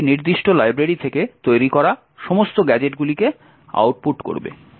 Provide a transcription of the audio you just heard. এটি সেই নির্দিষ্ট লাইব্রেরি থেকে তৈরি করা সমস্ত গ্যাজেটগুলিকে আউটপুট করবে